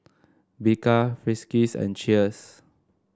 Bika Friskies and Cheers